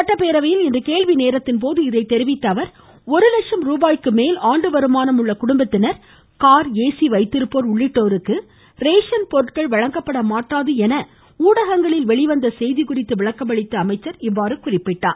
சட்டப்பேரவையில் இன்று கேள்விநேரத்தின்போது இதை தெரிவித்தஅவர் ஒருலட்சம் ரூபாய்க்குமேல் ஆண்டுவருமானம் உள்ள குடும்பத்தினர் கார் ஏசி வைத்திருப்போர் உள்ளிட்டோருக்கு ரேஷன் பொருட்கள் வழங்கப்பட மாட்டாது என ஊடகங்களில் வெளிவந்த செய்தி குறித்து விளக்கமளித்த அமைச்சர் இவ்வாற கூறினார்